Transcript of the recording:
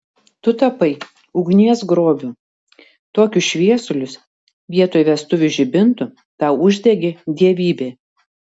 tu tapai ugnies grobiu tokius šviesulius vietoj vestuvių žibintų tau uždegė dievybė